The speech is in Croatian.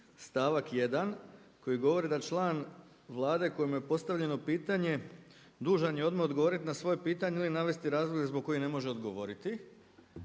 stavak 1. koji govori da član Vlade kojemu je postavljeno pitanje dužan je odmah odgovoriti na svoje pitanje ili navesti razloge zbog kojih ne može odgovoriti